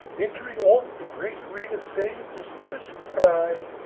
entering on the great arena famed as hellas' pride,